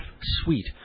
Sweet